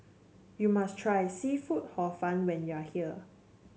you must try seafood Hor Fun when you are here